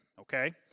okay